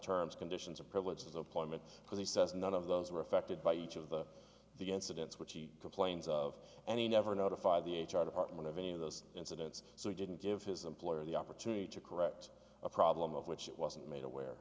terms conditions or privileges of climate because he says none of those were affected by each of the incidents which he complains of and he never notified the h r department of any of those incidents so he didn't give his employer the opportunity to correct a problem of which it wasn't made aware